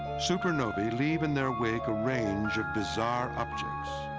supernovae leave in their wake a range of bizarre objects.